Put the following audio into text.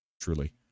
truly